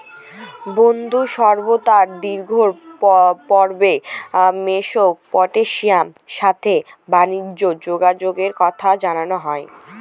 সিন্ধু সভ্যতার দ্বিতীয় পর্বে মেসোপটেমিয়ার সাথে বানিজ্যে যোগাযোগের কথা জানা যায়